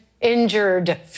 injured